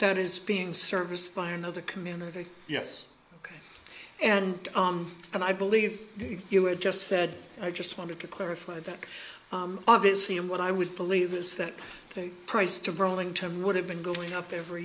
that is being serviced by another community yes ok and and i believe you had just said i just wanted to clarify that obviously and what i would believe is that the price to burlington would have been going up every